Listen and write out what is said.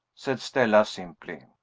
said stella simply.